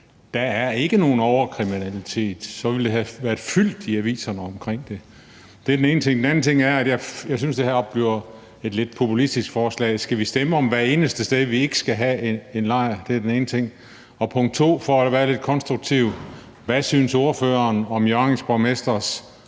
Der er ikke nogen overkriminalitet, for så ville aviserne have været fyldt med artikler om det. Det er den ene ting. Den anden ting er, at jeg synes, at det her er et lidt populistisk forslag. Skal vi stemme om hver eneste sted, vi ikke skal have et center? Det er det ene. Som det andet vil jeg for at være lidt konstruktiv spørge: Hvad synes ordføreren om Hjørrings borgmesters